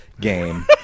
game